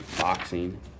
boxing